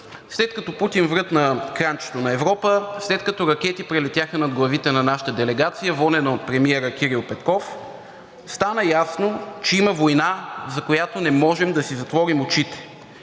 След като Путин врътна кранчето на Европа, след като ракети прелетяха над нашата делегация, водена от премиера Кирил Петков, стана ясно, че има война, за която не можем да си затворим очите,